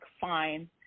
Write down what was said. fine